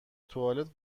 توالت